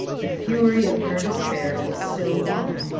the fury of her despair was still on her,